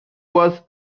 was